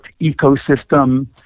ecosystem